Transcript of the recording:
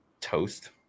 Toast